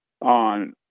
on